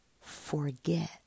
forget